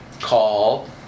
call